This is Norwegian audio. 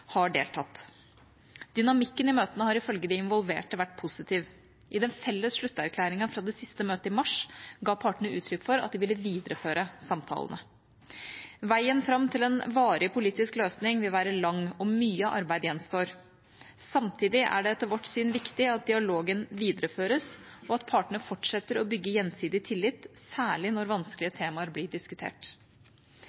har deltatt. Dynamikken i møtene har ifølge de involverte vært positiv. I den felles slutterklæringen fra det siste møtet i mars ga partene uttrykk for at de ville videreføre samtalene. Veien fram til en varig politisk løsning vil være lang, og mye arbeid gjenstår. Samtidig er det etter vårt syn viktig at dialogen videreføres, og at partene fortsetter å bygge gjensidig tillit, særlig når vanskelige